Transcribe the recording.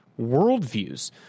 worldviews